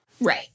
Right